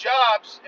Jobs